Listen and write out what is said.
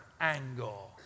angle